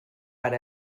per